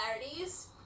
similarities